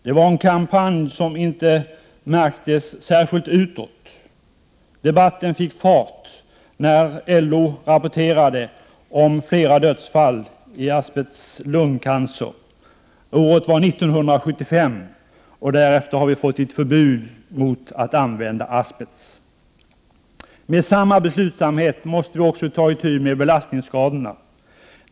Det var en kampanj som inte märktes särskilt utåt. Debatten fick fart när LO rapporterade om flera dödsfall på grund av asbestlungcancer. Året var 1975. Därefter har vi fått ett förbud mot att använda asbest. Med samma beslutsamhet måste vi nu ta itu med belastningsskadorna.